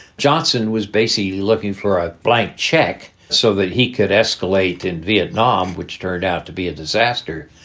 johnson was basically looking for a blank check so that he could escalate in vietnam, which turned out to be a disaster.